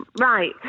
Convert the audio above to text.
Right